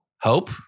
Hope